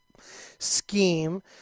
scheme